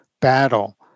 battle